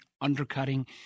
undercutting